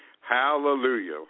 Hallelujah